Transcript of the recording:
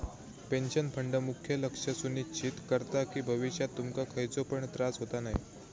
pension fund मुख्य लक्ष सुनिश्चित करता कि भविष्यात तुमका खयचो पण त्रास होता नये